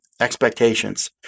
expectations